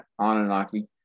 anunnaki